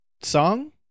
song